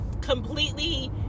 completely